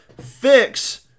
fix